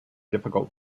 difficult